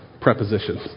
prepositions